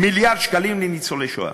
מיליארד שקלים לניצולי השואה,